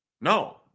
No